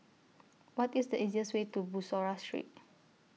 What IS The easiest Way to Bussorah Street